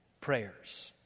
prayers